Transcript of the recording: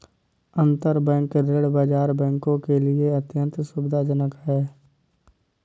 अंतरबैंक ऋण बाजार बैंकों के लिए अत्यंत सुविधाजनक है